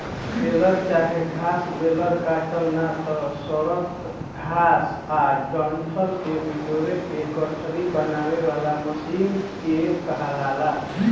baler चाहे घास baler काटल ना त सड़ल घास आ डंठल के बिटोर के गठरी बनावे वाला मशीन के कहाला